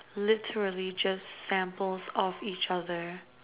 literally just samples of each other